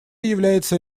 является